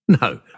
No